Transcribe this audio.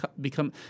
become